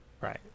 Right